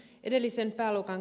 edellisen pääluokan